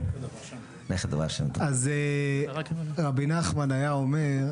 אז רבי נחמן היה אומר,